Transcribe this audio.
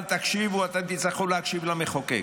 אבל תקשיבו, אתם תצטרכו להקשיב למחוקק,